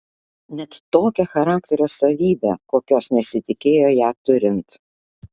net tokią charakterio savybę kokios nesitikėjo ją turint